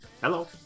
Hello